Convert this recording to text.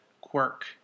Quirk